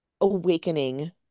awakening